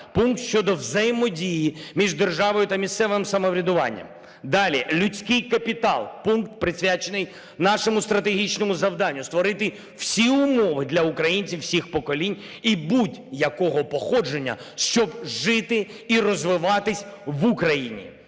Пункт щодо взаємодії між державою та місцевим самоврядуванням. Далі – "Людський капітал". Пункт присвячений нашому стратегічному завданню: створити всі умови для українців всіх поколінь і будь-якого походження, щоб жити і розвиватись в Україні.